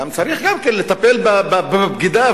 גם צריך לטפל בבגידה,